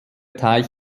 teich